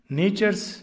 nature's